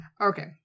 Okay